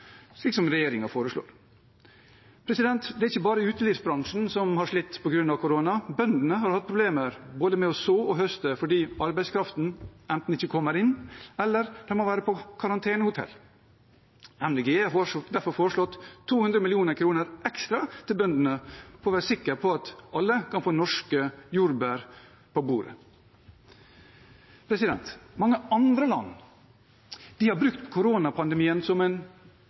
som regjeringen foreslår. Det er ikke bare utelivsbransjen som har slitt på grunn av korona. Bøndene har hatt problemer med både å så og høste fordi arbeidskraften enten ikke kommer inn eller må være på karantenehotell. Miljøpartiet De Grønne har derfor foreslått 200 mill. kr ekstra til bøndene for å sikre at alle kan få norske jordbær på bordet. Mange land har brukt koronapandemien som en